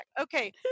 Okay